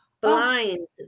blind